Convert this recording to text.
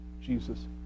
Jesus